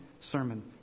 sermon